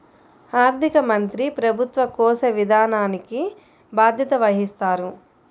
ఆర్థిక మంత్రి ప్రభుత్వ కోశ విధానానికి బాధ్యత వహిస్తారు